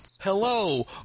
Hello